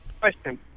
Question